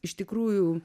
iš tikrųjų